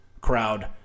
crowd